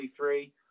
23